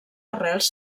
arrels